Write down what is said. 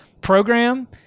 program